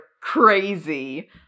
crazy